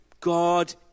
God